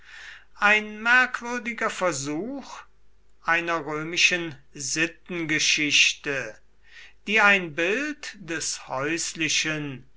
ein merkwürdiger versuch einer römischen sittengeschichte die ein bild des häuslichen